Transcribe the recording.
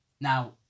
Now